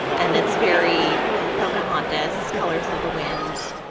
and it's very pocahontas colors of the wind.